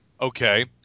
Okay